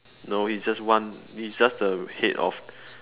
no he's just one he's just the head of